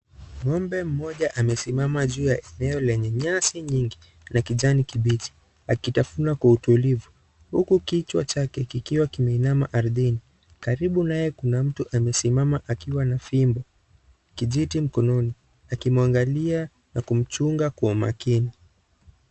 Ng'ombe mmoja amesimama juu ya eneo lenye nyasi nyingi, ya kijani kibichi akitafuna kwa utulivu huku kichwa chake kilikuwa kimeinama ardhini karibu naye kuna mtu ambaye amesimama Akiwa na fimbo kijiti mkononi, akimwangalia na kumchunga kwa umakini.